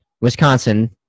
Wisconsin